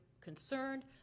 concerned